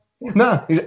no